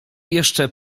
jeszcze